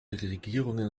regierungen